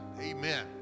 Amen